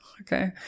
Okay